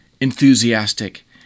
enthusiastic